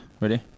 Ready